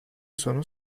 sonu